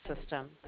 system